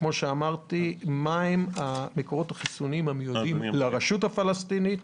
כמו שאמרתי: מה הם מקורות החיסונים המיועדים לרשות הפלסטינית,